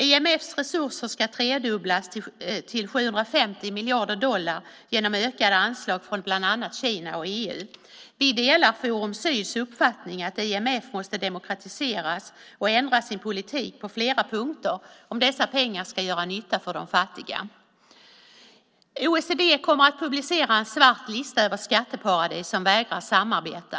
IMF:s resurser ska tredubblas till 750 miljarder dollar genom ökade anslag från bland annat Kina och EU. Vi delar Forum Syds uppfattning att IMF måste demokratiseras och ändra sin politik på flera punkter om dessa pengar ska göra nytta för de fattiga. OECD kommer att publicera en svart lista över skatteparadis som vägrar samarbeta.